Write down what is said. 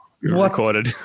recorded